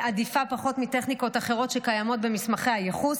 היא עדיפה פחות מטכניקות אחרות שקיימות במסמכי הייחוס.